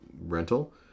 rental